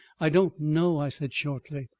i don't know, i said shortly.